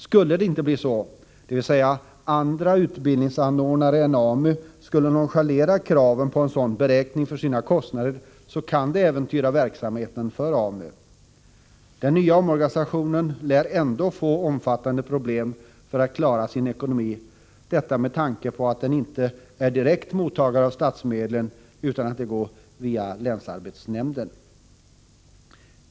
Skulle det inte bli så, dvs. om andra utbildningsanordnare än AMU skulle nonchalera kraven vid beräkning av sina kostnader, skulle AMU:s verksamhet kunna äventyras. Den nya organisationen lär ändå få stora problem med att klara ekonomin med tanke på att organisationen inte är direkt mottagare av statsmedlen. De går ju via länsarbetsnämnden .